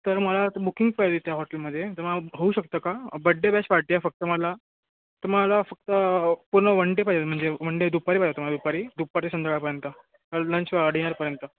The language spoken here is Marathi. तर मला तर बुकिंग पाहिजे त्या हॉटेलमध्ये तर मग होऊ शकतं का बड्डे बेस्ट पार्टी आहे फक्त मला तुम्हाला फक्त पूर्ण वनडे पाहिजे म्हणजे वन डे दुपारी पाहिजे होतं मला दुपारी दुपार ते संध्याकाळपर्यंत लंच डिनरपर्यंत